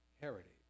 heritage